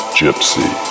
gypsy